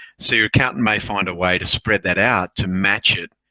so your accountant may find a way to spread that out to match it